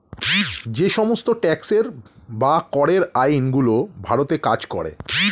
যে সমস্ত ট্যাক্সের বা করের আইন গুলো ভারতে কাজ করে